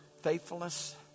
faithfulness